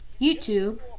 YouTube